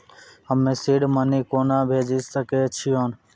हम्मे seed money कोना भेजी सकै छिओंन